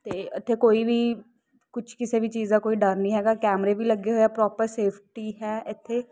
ਅਤੇ ਇੱਥੇ ਕੋਈ ਵੀ ਕੁਛ ਕਿਸੇ ਵੀ ਚੀਜ਼ ਦਾ ਕੋਈ ਡਰ ਨਹੀਂ ਹੈਗਾ ਕੈਮਰੇ ਵੀ ਲੱਗੇ ਹੋਏ ਪ੍ਰੋਪਰ ਸੇਫਟੀ ਹੈ ਇੱਥੇ